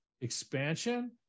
expansion